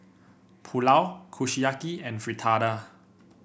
Pulao Kushiyaki and Fritada